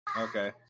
Okay